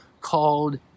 Called